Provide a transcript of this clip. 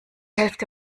hälfte